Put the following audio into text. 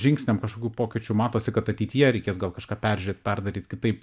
žingsniam kažkokių pokyčių matosi kad ateityje reikės gal kažką peržiūrėt perdaryt kitaip